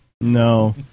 no